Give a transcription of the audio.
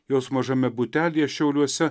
jos mažame butelyje šiauliuose